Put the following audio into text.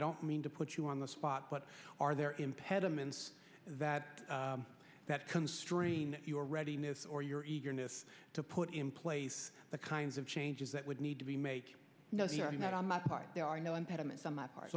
don't mean to put you on the spot but are there impediments that that constrain your readiness or your eagerness to put in place the kinds of changes that would need to be make you know the army not on my part there are no impediments on my part